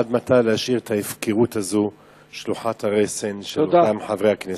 עד מתי להשאיר את ההפקרות הזו שלוחת הרסן של אותם חברי הכנסת.